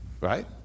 Right